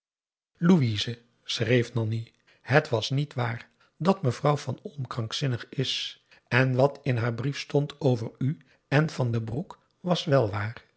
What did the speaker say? louise schreef nanni het was niet waar dat mevrouw van olm krankzinnig is en wat in haar brief stond over u en van den broek was wèl waar